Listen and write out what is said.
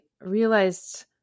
realized